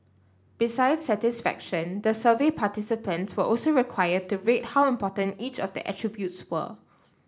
besides satisfaction the survey participants were also required to rate how important each of the attributes were